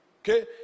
Okay